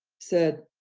said,